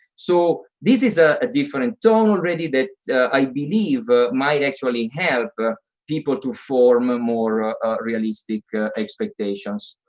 so this is a different tone already that i believe ah might actually help people to form ah more realistic expectations.